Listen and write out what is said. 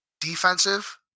Defensive